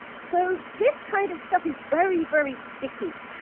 so this kind of stuff is very, very sticky.